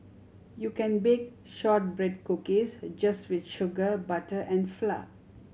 you can bake shortbread cookies just with sugar butter and flour